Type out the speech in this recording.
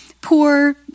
poor